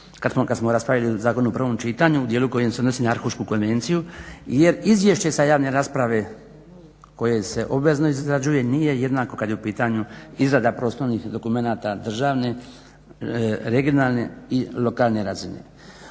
kad smo raspravljali zakon o prvom čitanju u djelu koji se odnosi na Arhušku konvenciju jer izvješće sa javne rasprave koje se obvezno izrađuje nije jednako kad je u pitanju izrada prostornih dokumenata državne, regionalne i lokalne razine.